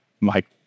Mike